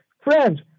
friends